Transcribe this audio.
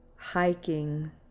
Hiking